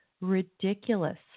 ridiculous